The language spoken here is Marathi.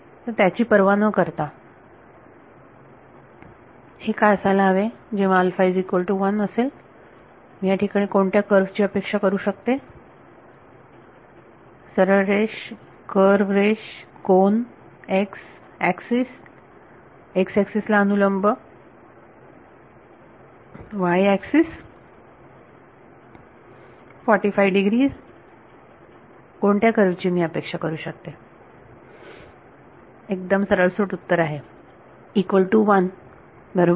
तर त्याची पर्वा न करता हे काय असायला हवे जेव्हा असेल मी या ठिकाणी कोणत्या कर्व्ह ची अपेक्षा करू शकते सरळरेष कर्व्ह रेष कोन x एक्सिस ला अनुलंब y एक्सिस 45 डिग्रीज कोणत्या कर्व्ह ची मी अपेक्षा करते एकदम सरळसोट उत्तर आहे इक्वल टू वन बरोबर